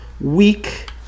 week